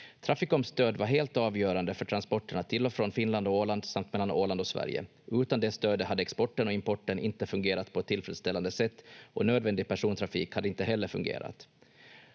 Traficoms stöd var helt avgörande för transporterna till och från Finland och Åland samt mellan Åland och Sverige. Utan det stödet hade exporten och importen inte fungerat på ett tillfredsställande sätt och nödvändig persontrafik hade inte heller fungerat.